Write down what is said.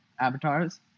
avatars